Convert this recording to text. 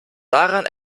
daran